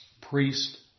Priest